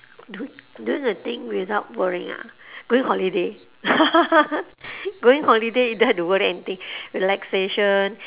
do do the thing without worrying ah going holiday going holiday you don't have to worry anything relaxation